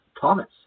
Thomas